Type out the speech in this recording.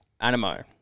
Animo